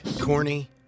Corny